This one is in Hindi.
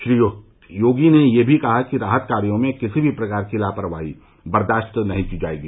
श्री योगी ने यह भी कहा कि राहत कार्यो में किसी भी प्रकार की लापवाही बर्दाश्त नहीं की जायेगी